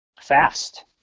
fast